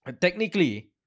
Technically